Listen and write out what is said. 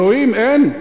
אלוהים, אין.